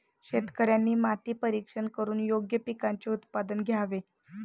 शेतकऱ्यांनी माती परीक्षण करून योग्य पिकांचे उत्पादन घ्यावे